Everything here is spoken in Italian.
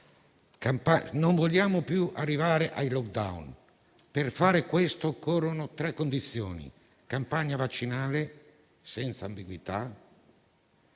non vogliamo più arrivare ai *lockdown*. Per fare questo occorrono tre condizioni: campagna vaccinale senza ambiguità;